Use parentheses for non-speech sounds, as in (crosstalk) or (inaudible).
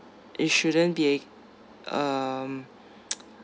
it shouldn't be um (noise)